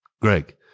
Greg